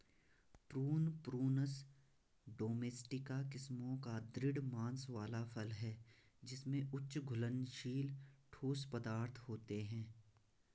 prune, Prunus domestica किस्मों का दृढ़ मांस वाला फल है जिसमें उच्च घुलनशील ठोस पदार्थ होते हैं